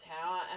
tower